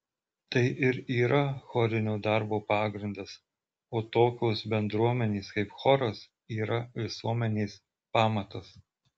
tai ir yra chorinio darbo pagrindas o tokios bendruomenės kaip choras yra visuomenės pamatas